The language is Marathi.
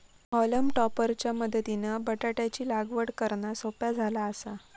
हॉलम टॉपर च्या मदतीनं बटाटयाची लागवड करना सोप्या झाला आसा